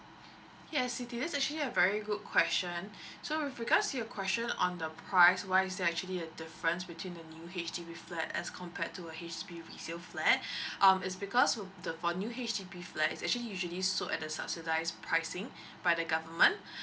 yes you did asked actually a very good question so with regards to your question on the price why is there actually a difference between the new H_D_B flat as compared to uh H_D_B resale flat um is because to the for new H_D_B flat is actually usually sold at the subsidised pricing by the government